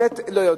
באמת לא יודעים.